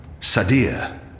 Sadir